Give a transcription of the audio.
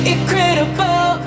Incredible